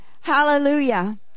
Hallelujah